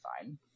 fine